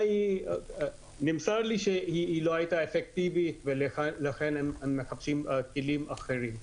נמסר לי שהיא לא הייתה אפקטיבית ולכן הם מחפשים כלים אחרים.